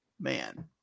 man